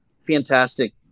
fantastic